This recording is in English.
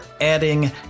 adding